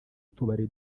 utubari